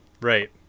right